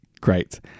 Great